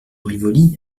rivoli